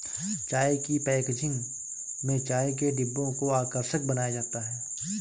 चाय की पैकेजिंग में चाय के डिब्बों को आकर्षक बनाया जाता है